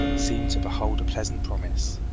seemed to behold a pleasant promise.